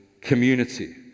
community